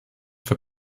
für